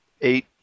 Eight